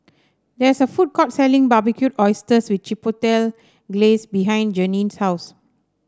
there is a food court selling Barbecued Oysters with Chipotle Glaze behind Janine's house